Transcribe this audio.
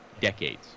decades